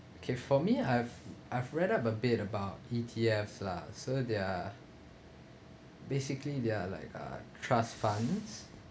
okay for me I've I've read up a bit about E_T_F lah so they are basically they are like uh trust funds